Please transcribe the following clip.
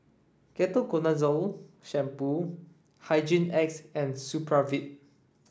Ketoconazole Shampoo Hygin X and Supravit